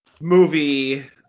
movie